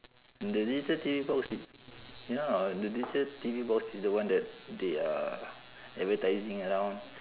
the digital T_V box no no the digital T_V box is the one that they are advertising around